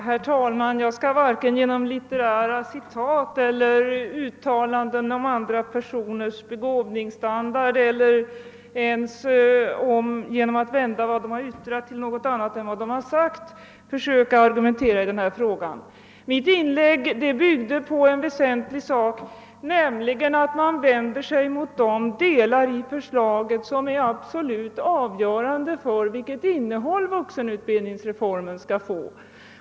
Herr talman! Jag skall varken genom litterära citat eller uttalanden om andra personers begåvningsstandard eller ens genom att vända vad som yttrats till något annat än vad som avsetts försöka argumentera i denna fråga. Mitt inlägg byggde på det väsentliga förhållandet, att man vänder sig mot de delar i regeringsförslaget som är absolut avgörande för det innehåll vuxenutbildningsreformen skall få.